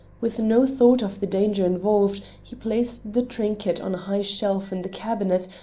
with no thought of the danger involved, he placed the trinket on a high shelf in the cabinet,